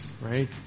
right